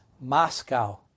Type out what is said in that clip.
Moscow